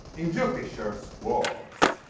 in joe fisher's words